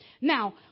Now